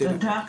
תודה,